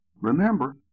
remember